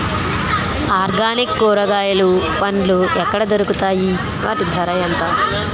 Organic కూరగాయలు పండ్లు ఎక్కడ దొరుకుతాయి? వాటి ధర ఎంత?